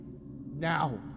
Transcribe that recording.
Now